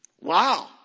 wow